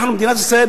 אנחנו במדינת ישראל,